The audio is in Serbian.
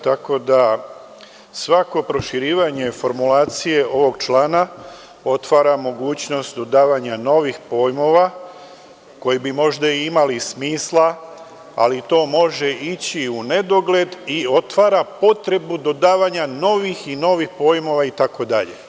Tako da, svako proširivanje formulacije ovog člana otvara mogućnost dodavanja novih pojmova koji bi možda imali smisla, ali to može ići u nedogled i otvara potrebu dodavanja novih i novih pojmova itd.